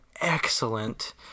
excellent